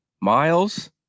Miles